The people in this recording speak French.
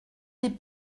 des